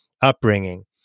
upbringing